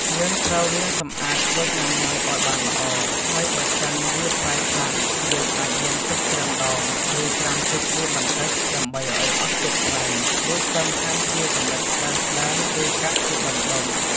យើងត្រូវលាងសម្អាតក្រូចងុាំង៉ូវឱ្យបានល្អ ហើយបើសិនវាប្រៃខ្លាំង យើងអាចលាងទឹកច្រើនដង ឬត្រាំទឹកវាបន្តិចដើម្បីឱ្យអស់ជាតិប្រៃ រួចសឹមហាន់ជាចំណិតស្តើងៗ ឬកាត់ជាដុំៗ។